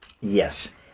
Yes